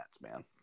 man